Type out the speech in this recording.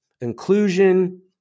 inclusion